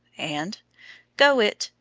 and go-it,